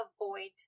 avoid